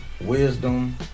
wisdom